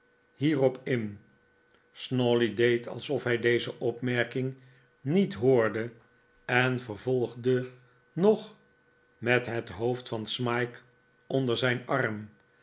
hierop in snawley deed alsof hij deze opmerking niet hoorde en vervolgde nog met het hoofd van smike onder zijn arm